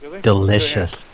Delicious